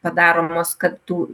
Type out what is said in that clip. padaromos kad tų